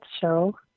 show